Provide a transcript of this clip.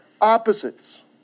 opposites